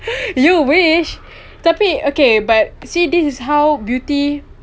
you wish tapi okay but see this is how beauty